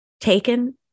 taken